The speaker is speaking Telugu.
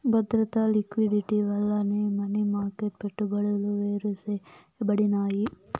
బద్రత, లిక్విడిటీ వల్లనే మనీ మార్కెట్ పెట్టుబడులు వేరుసేయబడినాయి